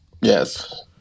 Yes